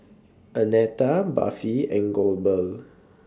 Annetta Buffy and Goebel